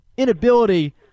inability